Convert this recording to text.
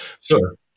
sure